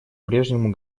прежнему